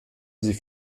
sie